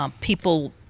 People